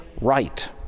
right